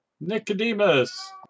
Nicodemus